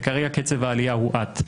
וכרגע קצב העלייה הואט.